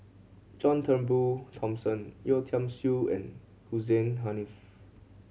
John Turnbull Thomson Yeo Tiam Siew and Hussein Haniff